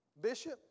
Bishop